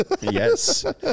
Yes